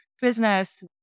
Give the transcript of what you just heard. business